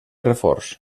reforç